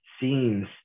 scenes